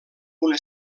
una